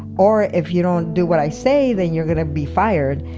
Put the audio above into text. or if you don't do what i say then you are going to be fired,